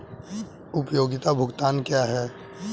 उपयोगिता भुगतान क्या हैं?